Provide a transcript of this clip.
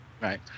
Right